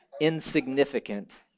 insignificant